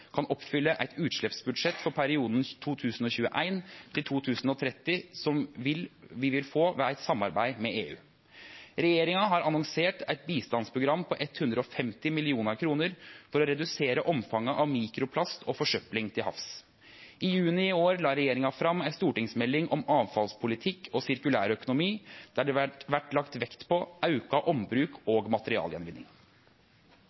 kan oppfylle eit utsleppsbudsjett for perioden 2021–2030, som vi vil få ved eit samarbeid med EU. Regjeringa har annonsert eit bistandsprogram på 150 mill. kr for å redusere omfanget av mikroplast og forsøpling til havs. I juni i år la regjeringa fram ei stortingsmelding om avfallspolitikk og sirkulær økonomi, der det vert lagt vekt på auka ombruk